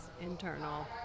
internal